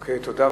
אוקיי, תודה.